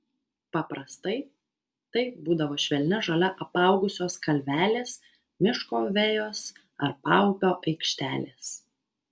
paprastai tai būdavo švelnia žole apaugusios kalvelės miško vejos ar paupio aikštelės